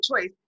choice